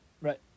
Right